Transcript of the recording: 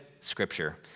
Scripture